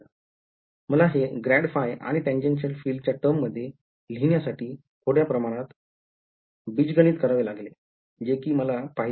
मला हे grad phi आणि tangential फील्ड च्या टर्ममध्ये लिहिण्या साठी थोड्या प्रमाणात बीजगणित करावे लागलेजे कि मला पाहिजे होते